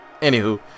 Anywho